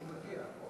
אני מגיע.